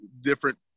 different